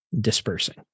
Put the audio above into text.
dispersing